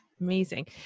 Amazing